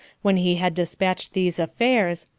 when he had despatched these affairs,